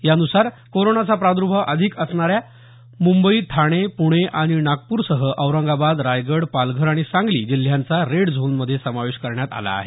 यानुसार कोरोनाचा प्राद्र्भाव अधिक असणाऱ्या मुंबई ठाणे पुणे आणि नागपूरसह औरंगाबाद रायगड पालघर आणि सांगली जिल्ह्यांचा रेड झोनमध्ये समावेश करण्यात आला आहे